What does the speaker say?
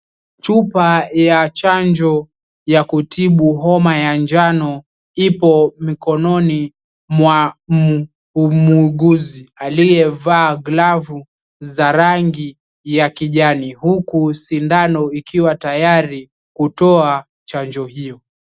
Chupa ya chanjo ya kutibu homa ya njano ipo mikononi mwa muuguzi aliyevaa glavu ya rangi ya kijani huku sindano ikiwa tayari kutoa chanjo hiyo.